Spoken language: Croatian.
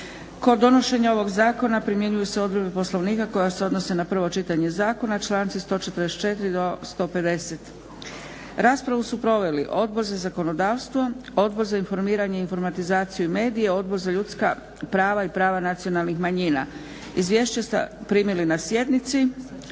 Kod donošenja ovog zakona primjenjuju se odredbe Poslovnika koje se odnose na prvo čitanje zakona, članci 144. do 150. Raspravu su proveli Odbor za zakonodavstvo, Odbor za informiranje, informatizaciju i medije, Odbor za ljudska prava i prava nacionalnih manjina. Izvješća ste primili na sjednici.